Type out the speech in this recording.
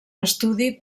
estudi